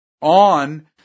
on